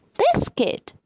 biscuit